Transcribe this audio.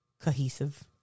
cohesive